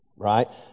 Right